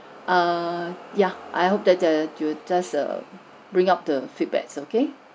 err yeah I hope that the you will just err bring up the feedback okay